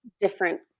different